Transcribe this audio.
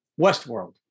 Westworld